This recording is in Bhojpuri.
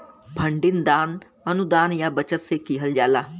फंडिंग दान, अनुदान या बचत से किहल जाला